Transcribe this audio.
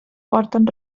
porten